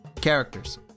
characters